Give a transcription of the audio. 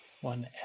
One